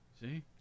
See